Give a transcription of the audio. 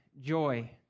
joy